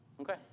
Okay